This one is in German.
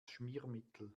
schmiermittel